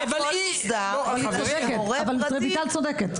רויטל צודקת.